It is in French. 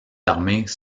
armées